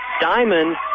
Diamond